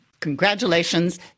Congratulations